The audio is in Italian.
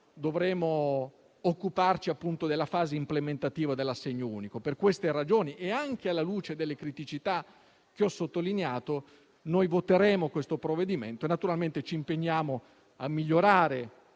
dovremo occuparci della fase implementativa dell'assegno unico. Per queste ragioni, e anche alla luce delle criticità che ho sottolineato, voteremo a favore del provvedimento e naturalmente ci impegniamo a migliorare